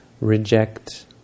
reject